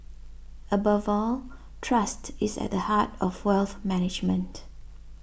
above all trust is at the heart of wealth management